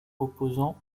opposant